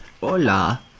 Hola